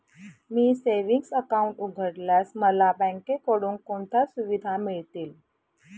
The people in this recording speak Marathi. मी सेविंग्स अकाउंट उघडल्यास मला बँकेकडून कोणत्या सुविधा मिळतील?